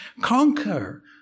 conquer